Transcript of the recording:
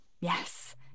Yes